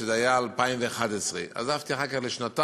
שזה היה 2011. עזבתי אחר כך לשנתיים.